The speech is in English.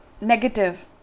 negative